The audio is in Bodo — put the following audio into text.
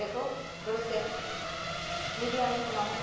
बेखौ दसे मेदियाम फ्लेमाव